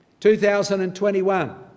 2021